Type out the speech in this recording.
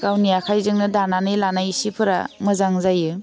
गावनि आखाइजोंनो दानानै लानाय सिफोरा मोजां जायो